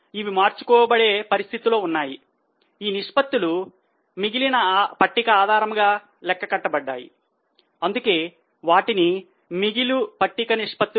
ఇప్పుడు మిగిలు పట్టిక నిష్పత్తులు